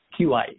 Qi